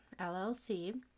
LLC